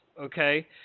okay